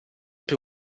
per